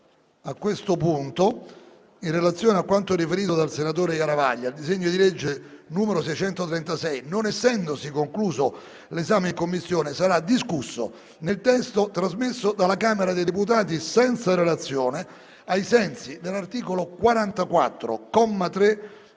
colleghi, in relazione a quanto riferito dal senatore Garavaglia, il disegno di legge n. 636, non essendosi concluso l'esame in Commissione, sarà discusso nel testo trasmesso dalla Camera dei deputati senza relazione, ai sensi dell'articolo 44,